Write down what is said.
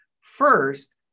first